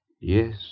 Yes